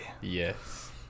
Yes